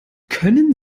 können